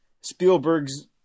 Spielberg's